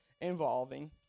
involving